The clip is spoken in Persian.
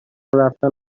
رفتن